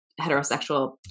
heterosexual